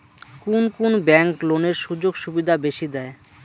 কুন কুন ব্যাংক লোনের সুযোগ সুবিধা বেশি দেয়?